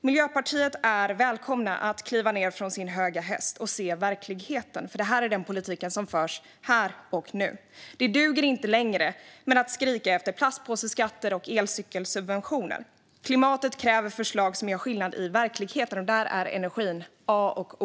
Miljöpartiet är välkommet att kliva ned från sin höga häst och se verkligheten. Detta är den politik som förs här och nu. Det duger inte längre att skrika efter plastpåseskatter och elcykelsubventioner. Klimatet kräver förslag som gör skillnad i verkligheten, och där är energin A och O.